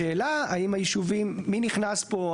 השאלה האם היישובים, מי נכנס פה?